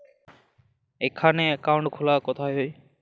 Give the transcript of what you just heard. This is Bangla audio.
এখানে অ্যাকাউন্ট খোলা কোথায় হয়?